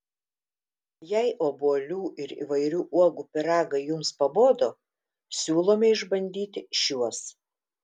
jei obuolių ir įvairių uogų pyragai jums pabodo siūlome išbandyti šiuos